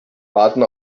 warten